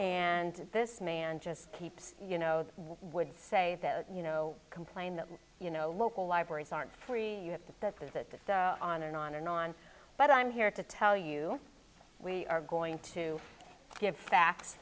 and this man just keeps you know they would say that you know complain that you know local libraries aren't free you have to this is that on and on and on but i'm here to tell you we are going to give bac